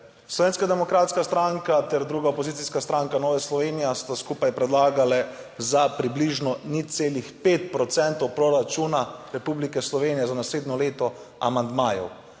Slovenska demokratska stranka ter druga opozicijska stranka Nova Slovenija sta skupaj predlagali za približno 0,5 % proračuna Republike Slovenije za naslednje leto amandmajev,